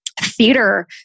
theater